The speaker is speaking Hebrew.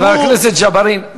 חבר הכנסת ג'בארין,